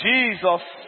Jesus